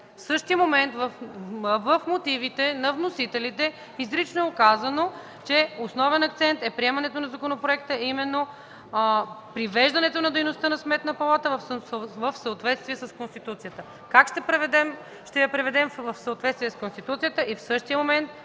В същия момент в мотивите на вносителите изрично е указано, че основен акцент в приемането на законопроекта е привеждането на дейността на Сметната палата в съответствие с Конституцията. Как ще го приведем в съответствие с Конституцията, като в същия момент